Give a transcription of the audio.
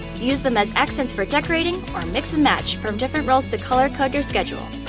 use them as accents for decorating, or mix and match from different rolls to color-code your schedule.